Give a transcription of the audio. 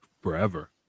forever